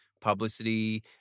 publicity